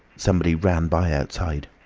somebody ran by outside.